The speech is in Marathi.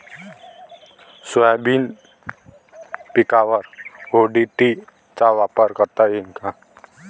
सोयाबीन पिकावर ओ.डी.टी चा वापर करता येईन का?